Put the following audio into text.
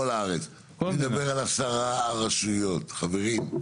אני מדבר על עשר הרשויות או 11 רשויות, חברים.